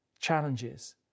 challenges